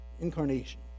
Incarnation